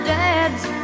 dad's